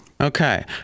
Okay